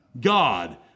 God